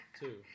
two